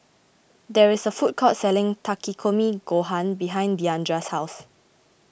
there is a food court selling Takikomi Gohan behind Diandra's house